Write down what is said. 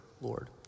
Lord